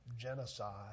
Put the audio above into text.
genocide